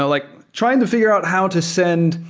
ah like trying to figure out how to send,